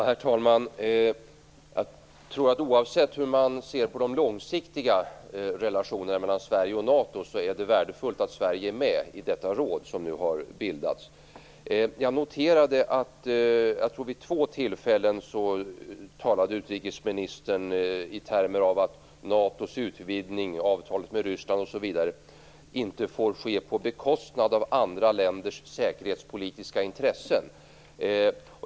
Herr talman! Oavsett hur man ser på de långsiktiga relationerna mellan Sverige och NATO tror jag att det är värdefullt att Sverige är med i detta råd som nu har bildats. Jag noterade att utrikesministern vid två tillfällen talade i termer av att NATO:s utvidgning, avtalet med Ryssland osv. inte får ske på bekostnad av andra länders säkerhetspolitiska intressen.